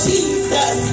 Jesus